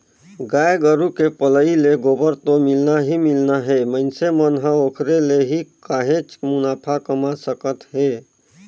गाय गोरु के पलई ले गोबर तो मिलना ही मिलना हे मइनसे मन ह ओखरे ले ही काहेच मुनाफा कमा सकत हे